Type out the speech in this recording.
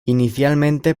inicialmente